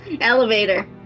Elevator